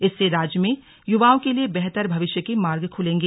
इससे राज्य में युवाओं के लिए बेहतर भविष्य के मार्ग खूलेंगे